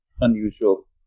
unusual